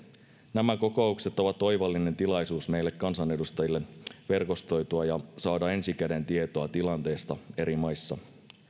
nämä kokoukset ovat oivallinen tilaisuus meille kansanedustajille verkostoitua ja saada ensi käden tietoa tilanteesta eri maissa